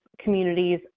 communities